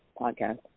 podcast